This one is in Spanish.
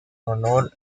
honor